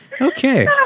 Okay